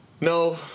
No